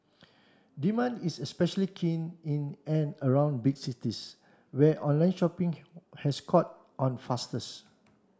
demand is especially keen in and around big cities where online shopping has caught on fastest